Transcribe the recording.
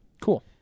cool